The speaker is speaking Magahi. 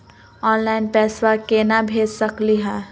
ऑनलाइन पैसवा केना भेज सकली हे?